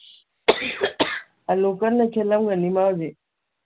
ꯑꯂꯨ ꯀꯟꯅ ꯈꯦꯠꯂꯝꯒꯅꯤ ꯃꯥ ꯍꯧꯖꯤꯛ